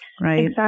right